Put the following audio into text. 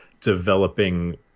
developing